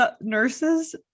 nurses